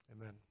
Amen